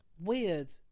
Weird